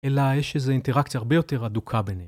אלא יש איזו אינטראקציה הרבה יותר אדוקה ביניהם.